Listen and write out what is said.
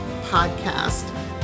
podcast